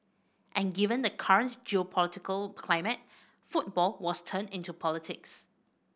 and given the current geopolitical climate football was turned into politics